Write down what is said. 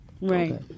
Right